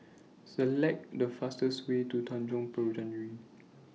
Select The fastest Way to Tanjong Penjuru